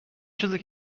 چیزی